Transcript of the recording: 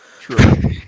True